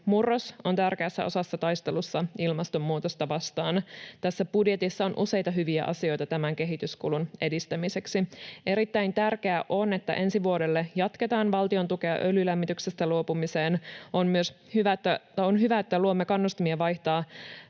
murros on tärkeässä osassa taistelussa ilmastonmuutosta vastaan. Tässä budjetissa on useita hyviä asioita tämän kehityskulun edistämiseksi. Erittäin tärkeää on, että ensi vuodelle jatketaan valtiontukea öljylämmityksestä luopumiseen. On hyvä, että luomme kannustimia vaihtaa